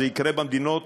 זה יקרה במדינות